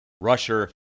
rusher